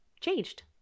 changed